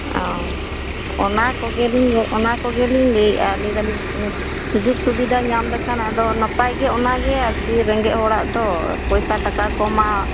ᱚ ᱚᱱᱟ ᱠᱚᱜᱮ ᱞᱤᱧ ᱚᱱᱟ ᱠᱚᱜᱮ ᱞᱤᱧ ᱞᱟᱹᱭᱮᱫᱟ ᱞᱟᱹᱭᱮᱫᱟ ᱞᱤᱧ ᱥᱩᱡᱳᱜᱽ ᱥᱩᱵᱤᱫᱟ ᱧᱟᱢ ᱞᱮᱠᱷᱟᱱ ᱟᱫᱚ ᱱᱟᱯᱟᱭ ᱜᱮ ᱚᱱᱟ ᱜᱮ ᱟᱨᱠᱤ ᱨᱮᱸᱜᱮᱡ ᱦᱚᱲᱟᱜ ᱛᱳ ᱯᱚᱭᱥᱟ ᱴᱟᱠᱟ ᱠᱚᱢᱟ